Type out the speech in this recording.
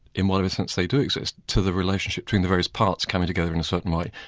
in whatever sense they do exist, to the relationship between the various parts coming together in a certain way,